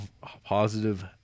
positive